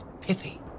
pithy